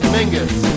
Mingus